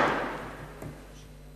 הישיבה